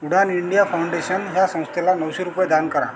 उडान India Foundation ह्या संस्थेला नऊशे रुपये दान करा